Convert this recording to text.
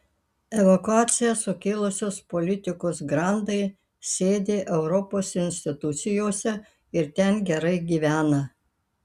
evakuaciją sukėlusios politikos grandai sėdi europos institucijose ir ten gerai gyvena